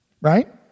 Right